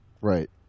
Right